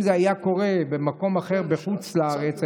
אם זה היה קורה במקום אחר בחוץ לארץ,